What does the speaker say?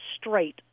straight